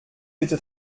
bitte